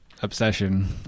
obsession